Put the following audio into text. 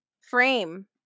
frame